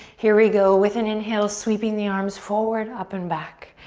here we go, with an inhale, sweeping the arms forward, up and back.